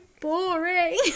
boring